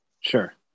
sure